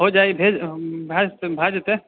होइ जाइ भेज भऽ जेतै भऽ जेतै